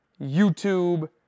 YouTube